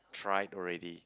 tried already